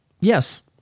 Yes